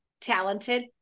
talented